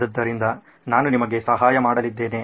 ಆದ್ದರಿಂದ ನಾನು ನಿಮಗೆ ಸಹಾಯ ಮಾಡಲಿದ್ದೇನೆ